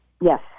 Yes